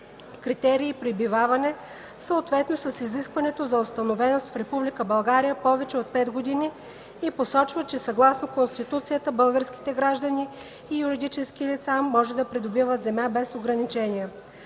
критерии „пребиваване”, съответно с изискването за „установеност” в Република България повече от 5 години и посочва, че съгласно Конституцията българските граждани и юридически лица може да придобиват земя без ограничения.